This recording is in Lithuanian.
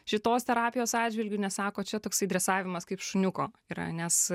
šitos terapijos atžvilgiu nes sako čia toksai dresavimas kaip šuniuko yra nes